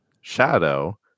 shadow